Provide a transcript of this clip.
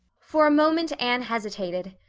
for a moment anne hesitated.